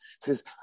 says